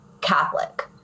Catholic